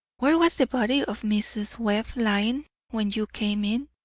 where was the body of mrs. webb lying when you came in?